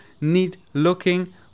neat-looking